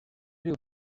riu